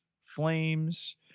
flames